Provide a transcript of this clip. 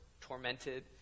tormented